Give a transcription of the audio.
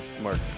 Mark